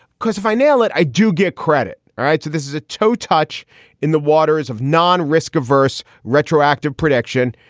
cause if i nail it, i do get credit. all right. so this is a toe touch in the waters of non risk averse retroactive prediction.